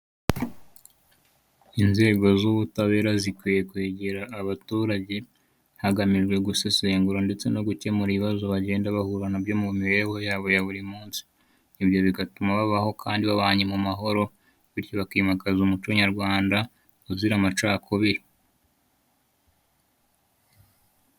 Inzego z'ubutabera zikwiye kwegera abaturage, hagamijwe gusesengura ndetse no gukemura ibibazo bagenda bahura na byo mu mibereho yabo ya buri mu nsi, ibyo bigatuma babaho kandi babanye mu mahoro bityo bakimakaza umuco nyarwanda uzira amacakubiri.